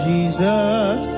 Jesus